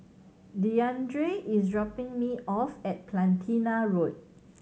Deandre is dropping me off at Platina Road